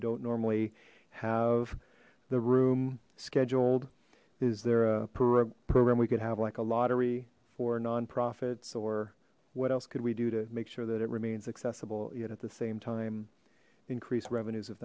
don't normally have the room scheduled is there a program we could have like a lottery for nonprofits or what else could we do to make sure that it remains accessible yet at the same time increase revenues if